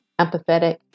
empathetic